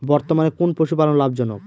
বর্তমানে কোন পশুপালন লাভজনক?